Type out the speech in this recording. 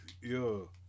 yo